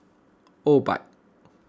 Obike